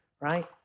right